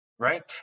Right